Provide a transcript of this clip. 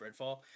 Redfall